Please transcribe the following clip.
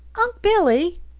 unc' billy,